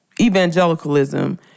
evangelicalism